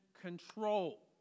control